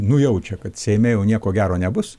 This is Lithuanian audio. nujaučia kad seime jau nieko gero nebus